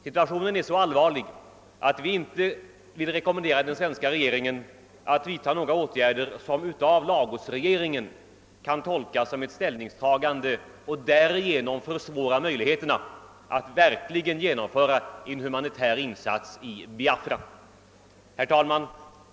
Situationen är så allvarlig, att vi inte vill rekommendera den svenska regeringen att vidta några åtgärder som av Lagosregeringen kan tolkas som ett ställningstagande och därigenom försvåra möjligheterna att verkligen genomföra en humanitär insats i Biafra. Herr talman!